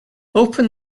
open